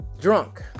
drunk